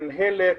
מִנהלת,